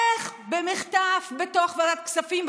איך במחטף בתוך ועדת הכספים,